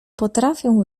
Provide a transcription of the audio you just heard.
potrafią